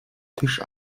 tisch